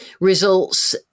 results